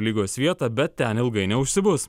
lygos vietą bet ten ilgai neužsibus